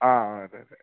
ആ അതെ അതെ